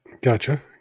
Gotcha